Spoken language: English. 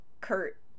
Kurt